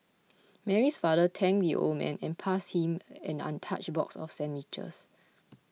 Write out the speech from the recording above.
Mary's father thanked the old man and passed him an untouched box of sandwiches